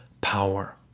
power